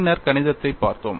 பின்னர் கணிதத்தைப் பார்த்தோம்